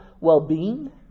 well-being